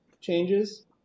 changes